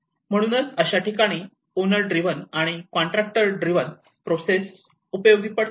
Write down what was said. म्हणूनच अशा ठिकाणी ओनर ड्रीवन आणि कॉन्टॅक्टर ड्रीवन प्रोसेस उपयोगी पडते